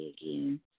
again